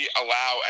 allow